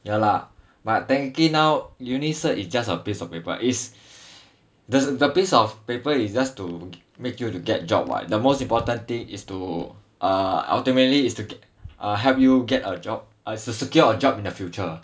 ya lah but technically now uni cert is just a piece of paper is the piece of paper is just to make you to get job [what] the most important thing is to uh ultimately is to help you get a job is to secure a job in the future